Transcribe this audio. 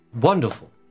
wonderful